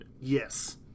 yes